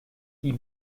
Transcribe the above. die